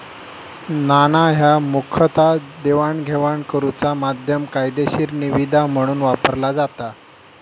नाणा ह्या मुखतः देवाणघेवाण करुचा माध्यम, कायदेशीर निविदा म्हणून वापरला जाता